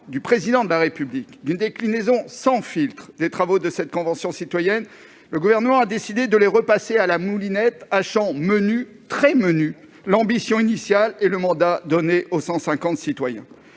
du Président de la République d'une déclinaison « sans filtre » des travaux de la Convention citoyenne, le Gouvernement a décidé de les repasser à la moulinette, hachant menu, très menu, l'ambition initiale et le mandat donné aux 150 citoyens